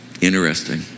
Interesting